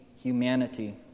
humanity